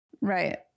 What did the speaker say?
Right